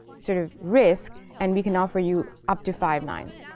sort of risk. and we can offer you up to five nines.